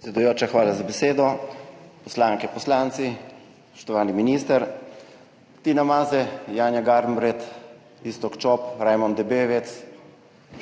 Predsedujoča, hvala za besedo. Poslanke, poslanci, spoštovani minister! Tina Maze, Janja Garnbret, Iztok Čop, Rajmond Debevec,